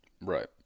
right